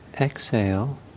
exhale